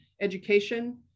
education